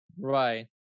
Right